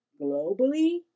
globally